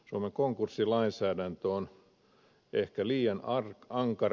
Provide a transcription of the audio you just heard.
suomen konkurssilainsäädäntö on ehkä liian ankara